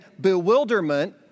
bewilderment